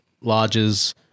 lodges